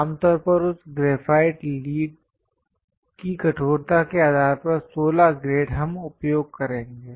आमतौर पर उस ग्रेफाइट लीड की कठोरता के आधार पर 16 ग्रेड हम उपयोग करेंगे